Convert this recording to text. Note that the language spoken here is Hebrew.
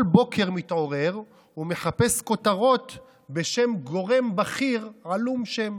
כל בוקר מתעורר ומחפש כותרות בשם גורם בכיר עלום שם.